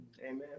Amen